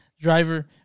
Driver